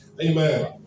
Amen